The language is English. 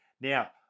Now